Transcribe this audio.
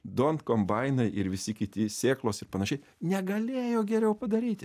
dont kombainai ir visi kiti sėklos ir panašiai negalėjo geriau padaryti